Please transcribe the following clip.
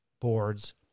boards